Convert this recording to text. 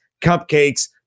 cupcakes